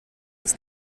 ins